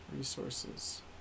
Resources